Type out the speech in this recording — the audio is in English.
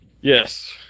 Yes